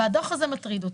והדוח הזה מטריד אותי.